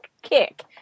Kick